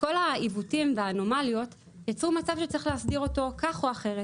העיוותים והאנומליות יצרו מצב שצריך להסדיר אותו כך או אחרת.